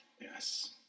Yes